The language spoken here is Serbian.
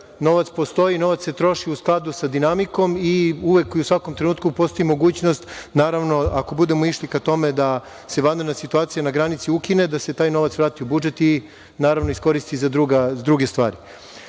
Novac postoji. Novac se troši u skladu sa dinamikom i uvek i u svakom trenutku postoji mogućnost, naravno, ako budemo išli ka tome da se vanredna situacija na granici ukine, da se taj novac vrati u budžet i naravno iskoristi za druge stvari. Takođe,